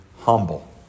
humble